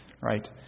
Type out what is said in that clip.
right